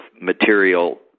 material